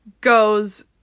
goes